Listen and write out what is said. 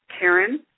karen